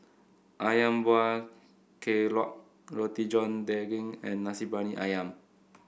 ayam Buah Keluak Roti John Daging and Nasi Briyani ayam